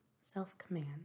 self-command